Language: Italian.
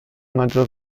maggior